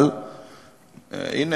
אבל הנה,